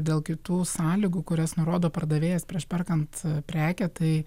dėl kitų sąlygų kurias nurodo pardavėjas prieš perkant prekę tai